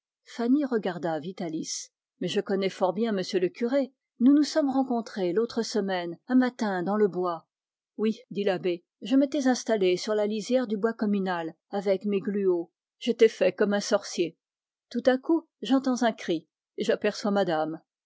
pastorale je connais fort bien m le curé nous nous sommes rencontrés l'autre semaine un matin dans le bois oui dit l'abbé je m'étais installé sur la lisière du bois communal avec mes gluaux j'étais fait comme un sorcier tout à coup j'entends un cri et j'aperçois madame